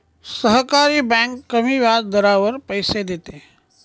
सहकारी बँक कमी व्याजदरावर पैसे देते